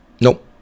nope